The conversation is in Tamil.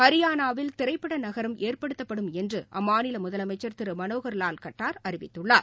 ஹரியானாவில் திரைப்படநகரம் ஏற்படுத்தப்படும் என்றுஅம்மாநிலமுதலமைச்சள் திருமனோகள் லால் கட்டார் அறிவித்துள்ளார்